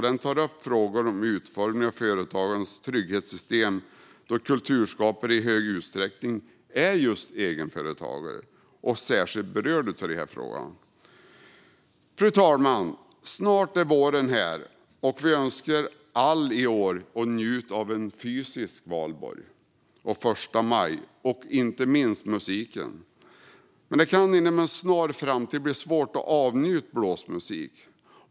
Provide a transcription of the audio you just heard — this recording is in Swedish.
Den tar upp frågor om utformningen av företagares trygghetssystem, då kulturskapare i stor utsträckning är just egenföretagare och är särskilt berörda av dessa frågor. Fru talman! Snart är våren här. Vi önskar att alla i år får njuta av en fysisk Valborg, första maj och inte minst musiken. Men det kan inom en snar framtid bli svårt att avnjuta blåsmusik.